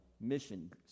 mission